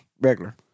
regular